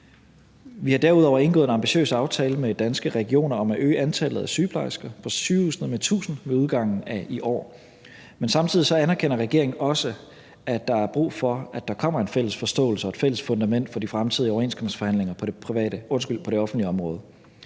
Vi har derudover indgået en ambitiøs aftale med Danske Regioner om at øge antallet af sygeplejersker på sygehusene med 1.000 med udgangen af i år, men samtidig anerkender regeringen også, at der er brug for, at der kommer en fælles forståelse og et fælles fundament for de fremtidige overenskomstforhandlinger på det offentlige område.